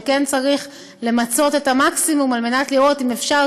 וכן צריך למצות את המקסימום על מנת לראות אם אפשר